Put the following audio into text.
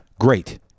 great